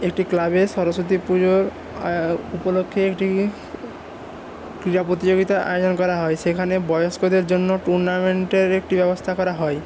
একটি ক্লাবে সরস্বতী পুজোর উপলক্ষে একটি ক্রীড়া প্রতিযোগিতার আয়োজন করা হয় সেখানে বয়স্কদের জন্য টুর্নামেন্টের একটি ব্যবস্থা করা হয়